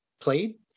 played